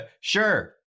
Sure